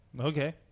okay